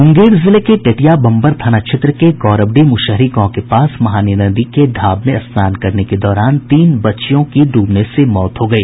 मूंगेर जिले के टेटियाबम्बर थाना क्षेत्र के गौरवडीह मुशहरी गांव के पास महाने नदी के ढ़ाव में स्नान करने के दौरान तीन बच्चियों की डूबने से मौत हो गई